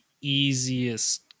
easiest